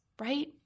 right